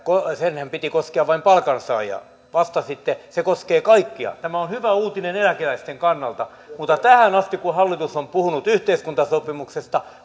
senhän piti koskea vain palkansaajia vastasitte että se koskee kaikkia tämä on hyvä uutinen eläkeläisten kannalta mutta tähän asti kun hallitus on puhunut yhteiskuntasopimuksesta